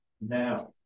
now